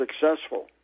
successful